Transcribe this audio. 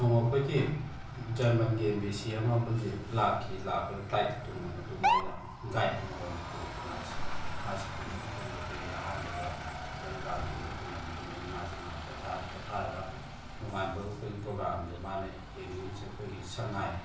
ꯅꯣꯡꯃ ꯑꯩꯈꯣꯏꯒꯤ ꯖꯔꯃꯟꯒꯤ ꯕꯦꯁꯤ ꯑꯃ ꯑꯩꯈꯣꯏꯒꯤ ꯂꯥꯛꯈꯤ ꯂꯥꯛꯄꯗꯨꯗ ꯐ꯭ꯂꯥꯏꯠꯇ ꯇꯣꯡꯉ ꯃꯇꯨꯡꯗ ꯑꯩꯅ ꯒꯥꯏꯠ ꯑꯃ ꯑꯣꯏꯅ ꯄꯨꯈꯤ ꯃꯥꯁꯦ ꯃꯥꯁꯦ ꯄꯨꯕ ꯃꯇꯝꯗ ꯑꯩꯈꯣꯏꯒꯤ ꯑꯍꯥꯟꯕꯗ ꯍꯣꯇꯦꯜ ꯒ꯭ꯔꯥꯟꯗꯦꯗ ꯊꯨꯡꯉꯕ ꯃꯇꯨꯡꯗ ꯑꯃꯨꯛ ꯃꯥꯁꯦ ꯉꯍꯥꯛ ꯄꯣꯊꯍꯜꯂꯦ ꯄꯣꯊꯔꯒ ꯅꯣꯡꯉꯥꯟꯕꯒ ꯑꯩꯈꯣꯏꯒꯤ ꯄ꯭ꯔꯣꯒꯥꯝꯁꯦ ꯃꯥꯅ ꯌꯦꯡꯅꯤꯡꯉꯤꯁꯦ ꯑꯩꯈꯣꯏꯒꯤ ꯁꯉꯥꯏ